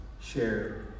share